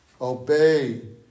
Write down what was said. obey